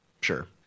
sure